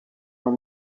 were